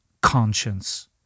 conscience